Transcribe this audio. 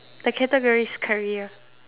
the category is career